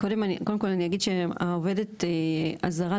קודם כל אני אגיד שהעובדת הזרה,